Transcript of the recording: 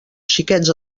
xiquets